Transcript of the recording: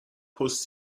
post